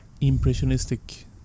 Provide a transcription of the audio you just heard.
impressionistic